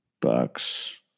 Bucks